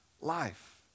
life